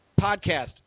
podcast